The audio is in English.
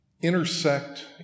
intersect